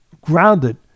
grounded